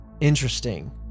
Interesting